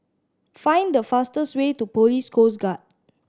find the fastest way to Police Coast Guard